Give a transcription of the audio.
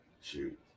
Shoot